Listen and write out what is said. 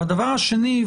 והדבר השני,